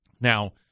Now